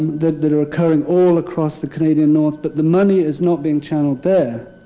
that that are occurring all across the canadian north. but the money is not being channelled there.